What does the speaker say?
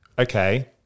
okay